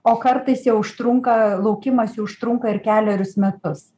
o kartais jie užtrunka laukimas jų užtrunka ir kelerius metus